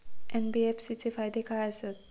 NBFC चे फायदे खाय आसत?